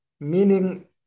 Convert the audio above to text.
meaning